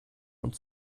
und